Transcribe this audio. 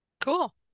Cool